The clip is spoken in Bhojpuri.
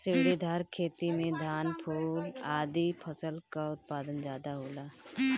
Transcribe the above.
सीढ़ीदार खेती में धान, फूल आदि फसल कअ उत्पादन ज्यादा होला